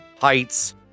heights